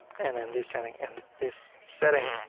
and then this setting and this setting.